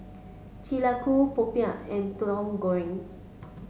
Chi Lak Kuih Popiah and Tauhu Goreng